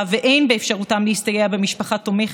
ואין באפשרותם להסתייע במשפחה תומכת,